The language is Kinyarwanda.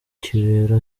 kibera